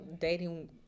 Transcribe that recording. dating